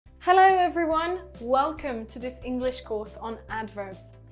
hello, everyone. welcome to this english course on adverbs.